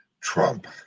trump